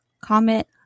comment